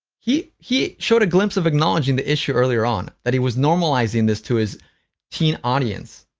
he he showed a glimpse of acknowledging the issue earlier on that he was normalizing this to his teen audience